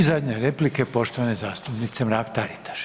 I zadnja replika poštovane zastupnice Mrak Taritaš.